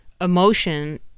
emotion